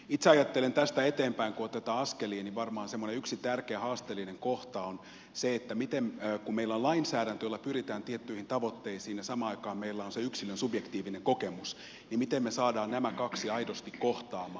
itse ajattelen että tästä eteenpäin kun otetaan askelia niin varmasti semmoinen yksi tärkeä haasteellinen kohta on se että kun meillä on lainsäädäntö jolla pyritään tiettyihin tavoitteisiin ja samaan aikaan meillä on se yksilön subjektiivinen kokemus niin miten me saamme nämä kaksi aidosti kohtaamaan